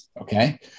okay